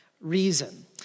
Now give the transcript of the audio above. reason